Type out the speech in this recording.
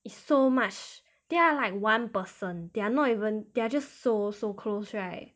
it's so much they are like one person they're not even they're just so so close right